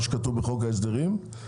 דריבית.